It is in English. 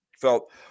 felt